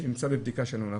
זה נמצא בבדיקה שלנו.